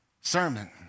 sermon